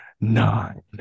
nine